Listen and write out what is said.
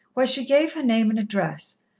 where she gave her name and address,